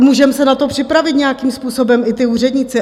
Můžeme se na to připravit nějakým způsobem, i ti úředníci.